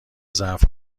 ظرف